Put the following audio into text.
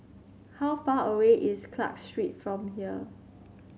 how far away is Clarke Street from here